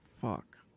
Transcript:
Fuck